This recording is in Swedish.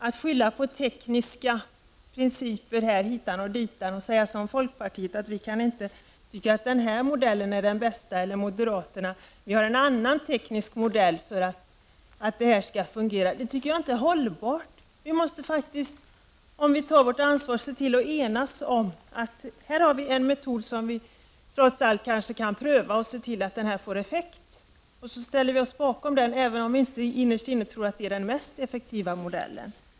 Man skyller på tekniska principer hit och dit och säger, som folkpartiet gör, att man inte tycker att modellen är den bästa, eller, som moderaterna, att man har en annan teknisk modell för att det skall fungera. Det är inte hållbart. Om vi tar vårt ansvar måste vi enas om att det trots allt finns en metod som vi kan pröva och se till att den får effekt. Så ställer vi oss bakom den även om vi innerst inne inte tror att det är den mest effektiva modellen.